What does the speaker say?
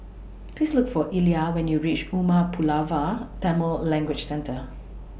Please Look For Ilah when YOU REACH Umar Pulavar Tamil Language Centre